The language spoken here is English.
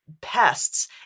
pests